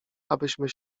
abyśmy